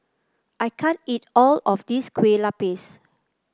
I can't eat all of this Kue Lupis